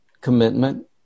commitment